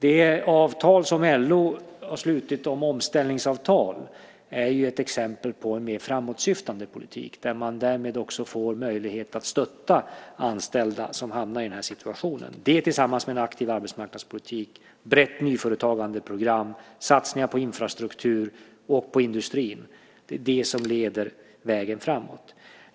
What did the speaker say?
Det avtal som LO har slutit om omställningsavtal är ju ett exempel på en framåtsyftande politik där man också får möjlighet att stödja anställda som hamnar i den här situationen. Det, tillsammans med en aktiv arbetsmarknadspolitik, brett nyföretagandeprogram, satsningar på infrastrukturen och på industrin - det är det som leder vägen framåt.